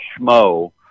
schmo